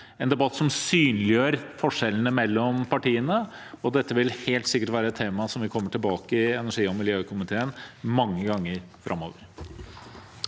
en debatt som synliggjør forskjellene mellom partiene, og dette vil helt sikkert være et tema som vil komme tilbake i energi- og miljøkomiteen mange ganger framover.